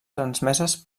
transmeses